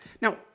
Now